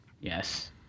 Yes